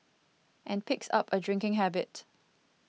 and picks up a drinking habit